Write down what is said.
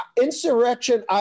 Insurrection